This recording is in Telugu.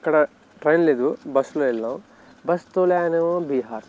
అక్కడ ట్రైన్ లేదు బస్సులో వెళ్ళాం బస్సు తోలే ఆయనేమో బీహార్